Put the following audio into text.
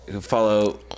Follow